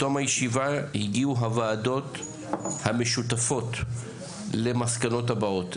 בתום הישיבה הגיעו הוועדות המשותפות למסקנות הבאות: